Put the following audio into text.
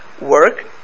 work